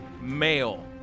male